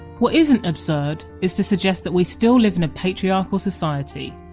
what isn't absurd is to suggest that we still live in a patriarchal society.